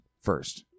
first